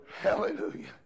Hallelujah